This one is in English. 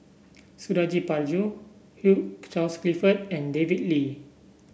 Suradi Parjo Hugh Charles Clifford and David Lee